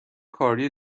کاری